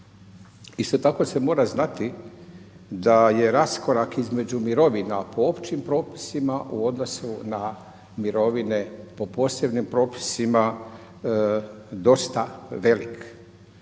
Isto tako se mora znati da je raskorak između mirovina po općim propisima u odnosu na mirovine po posebnim propisima dosta velik.